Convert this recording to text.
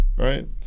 Right